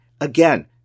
Again